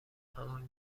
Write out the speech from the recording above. همان